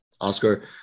Oscar